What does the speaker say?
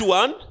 one